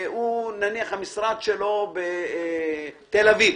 נניח המשרד שלו בתל אביב,